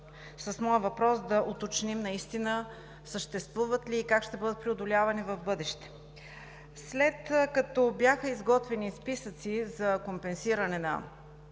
с моя въпрос да уточним съществуват ли наистина и как ще бъдат преодолявани в бъдеще? След като бяха изготвени списъци за компенсиране на